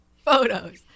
photos